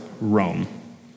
Rome